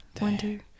winter